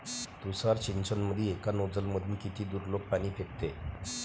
तुषार सिंचनमंदी एका नोजल मधून किती दुरलोक पाणी फेकते?